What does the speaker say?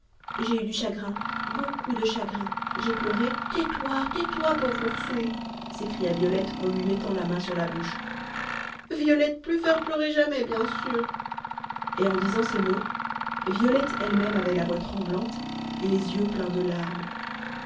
j'ai eu du chagrin beaucoup de chagrin j'ai pleuré tais-toi tais-toi pauvre ourson s'écria violette en lui mettant la main sur la bouche violette plus faire pleurer jamais bien sûr et en disant ces mots violette elle-même avait la voix tremblante et les yeux pleins de larmes